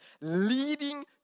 leading